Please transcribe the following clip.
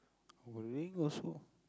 got ring also